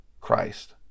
Christ